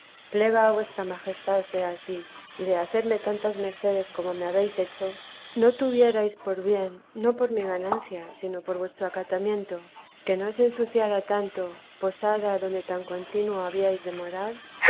plega a vuestra majestad sea ansí y de hacerme tantas mercedes como me habéis hecho no tuviérades por bien no por mi ganancia sino por vuestro acatamiento que no se ensuciara tanto posada adonde tan contino habíades